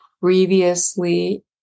previously